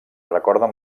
recorden